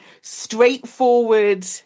straightforward